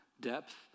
depth